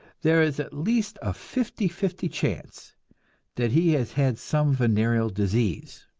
there is at least a fifty-fifty chance that he has had some venereal disease